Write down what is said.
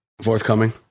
forthcoming